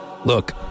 Look